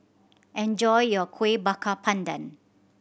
enjoy your Kueh Bakar Pandan